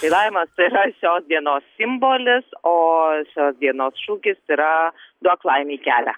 tai laimas yra šios dienos simbolis o šios dienos šūkis yra duok laimei kelią